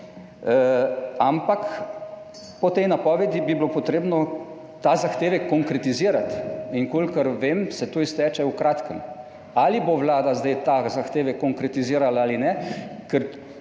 ampak po tej napovedi bi bilo treba ta zahtevek konkretizirati. Kolikor vem, se to izteče v kratkem. Ali bo Vlada zdaj ta zahtevek konkretizirala ali ne,